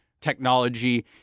technology